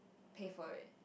pay for it